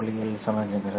ஒளியியல் சமிக்ஞைகள்